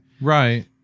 right